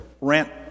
rent